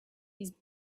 his